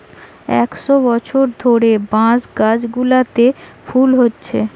একশ বছর ধরে বাঁশ গাছগুলোতে ফুল হচ্ছে